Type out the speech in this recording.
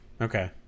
Okay